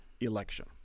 election